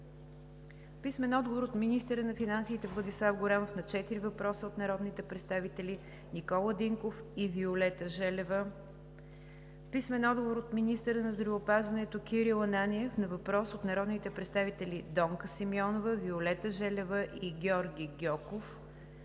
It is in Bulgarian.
Виолета Желева; - министъра на финансите Владислав Горанов на четири въпроса от народните представители Никола Динков и Виолета Желева; - министъра на здравеопазването Кирил Ананиев на въпрос от народните представители Донка Симеонова, Виолета Желева и Георги Гьоков;